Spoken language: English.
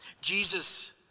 Jesus